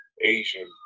asian